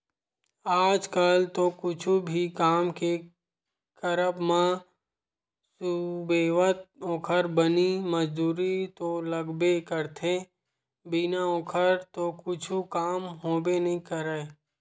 आज कल तो कुछु भी काम के करब म सुबेवत ओखर बनी मजदूरी तो लगबे करथे बिना ओखर तो कुछु काम होबे नइ करय